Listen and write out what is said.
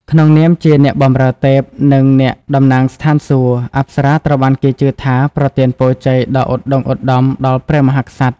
ក្នុងនាមជា អ្នកបម្រើទេព និង អ្នកតំណាងស្ថានសួគ៌ អប្សរាត្រូវបានគេជឿថាប្រទានពរជ័យដ៏ឧត្តុង្គឧត្តមដល់ព្រះមហាក្សត្រ។